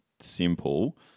simple